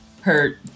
hurt